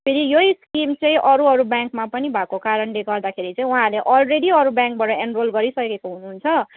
फेरि यही स्किम चाहिँ अरू अरू ब्याङ्कमा पनि भएको कारणले गर्दाखेरि चाहिँ उहाँहरूले अलरेडी अरू ब्याङ्कबटा एनरोल गरिसकेको हुनुहुन्छ